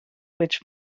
which